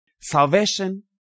Salvation